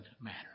matter